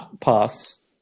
pass